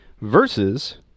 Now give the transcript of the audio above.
Versus